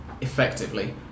effectively